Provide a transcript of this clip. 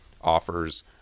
offers